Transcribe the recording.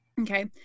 okay